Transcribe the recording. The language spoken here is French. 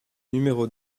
numéro